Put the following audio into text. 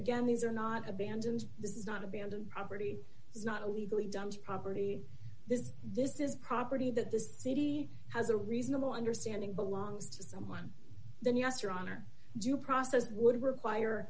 again these are not abandoned this is not abandoned property is not a legally dumbs property this is this is property that this city has a reasonable understanding belongs to someone then yes your honor due process would require